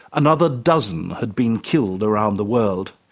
another dozen had been killed around the world.